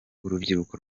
urubyiruko